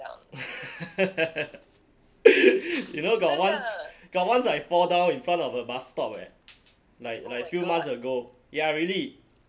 you know got once got once got once I fall down in front of a bus stop eh like like few months ago ya really